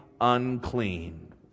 unclean